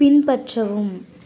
பின்பற்றவும்